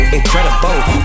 Incredible